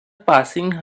passing